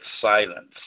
silence